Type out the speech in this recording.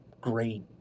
great